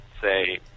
say